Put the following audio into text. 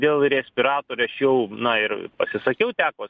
dėl respiratorių aš jau na ir pasisakiau teko